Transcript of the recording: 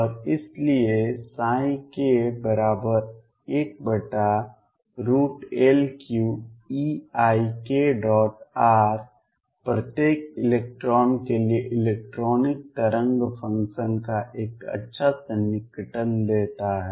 और इसलिए k1L3 eikr प्रत्येक इलेक्ट्रॉन के लिए इलेक्ट्रॉनिक तरंग फंक्शन का एक अच्छा सन्निकटन देता है